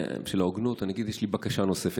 בשביל ההוגנות אני אגיד שיש לי בקשה נוספת,